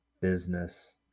business